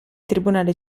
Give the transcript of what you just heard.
tribunale